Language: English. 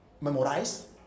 memorize